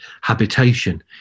habitation